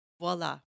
voila